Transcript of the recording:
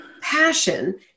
passion